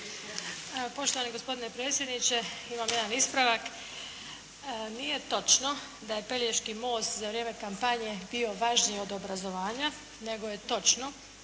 Poštovani gospodine predsjedniče. Imam jedan ispravak. Nije točno da je Pelješki most za vrijeme kampanje bio važniji od obrazovanja, nego je točno,